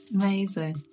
Amazing